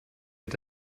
hat